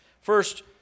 First